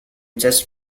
just